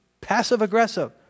passive-aggressive